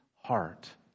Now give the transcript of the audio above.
heart